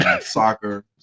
soccer